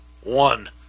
One